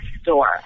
store